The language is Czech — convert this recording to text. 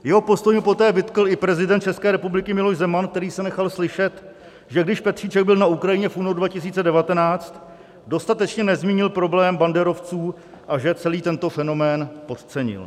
Jeho postoj mu poté vytkl i prezident České republiky Miloš Zeman, který se nechal slyšet, že když Petříček byl na Ukrajině v únoru 2019, dostatečně nezmínil problém banderovců a že celý tento fenomén podcenil.